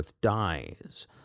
dies